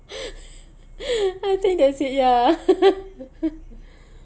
I think that's it ya